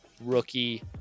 rookie